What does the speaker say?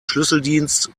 schlüsseldienst